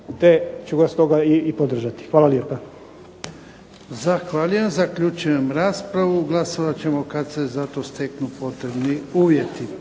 te ću ga stoga i podržati. Hvala lijepa. **Jarnjak, Ivan (HDZ)** Zahvaljujem. Zaključujem raspravu. Glasovat ćemo kad se za to steknu potrebni uvjeti.